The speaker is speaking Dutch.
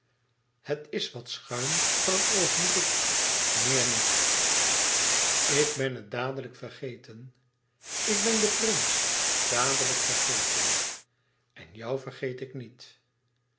het is wat schuim van een oogenblik meer niet ik ben het dadelijk vergeten ik ben den prins dadelijk vergeten en jou vergeet ik niet